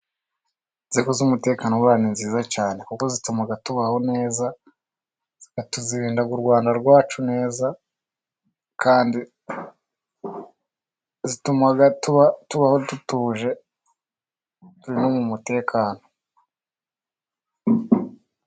Inzego z'umutekano buriya ni nziza cyane kuko zituma tubaho neza zikarinda u Rwanda rwacu neza kandi zituma tubaho dutuje turi no mu mutekano.